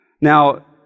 Now